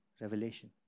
revelation